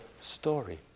story